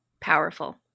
Powerful